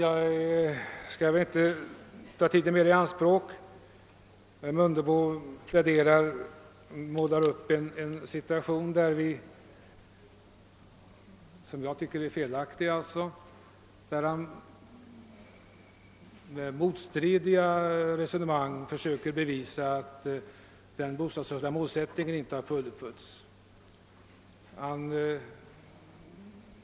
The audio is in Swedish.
Jag skall inte ta tiden mycket mer i anspråk, men jag vill säga några ord till herr Mundebo, som målar en alldeles felaktig bild av läget. Han försöker att med motstridiga resonemang bevisa att den bostadspolitiska målsättningen inte har förverkligats.